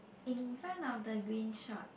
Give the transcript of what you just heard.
in front of the green shop